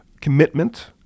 commitment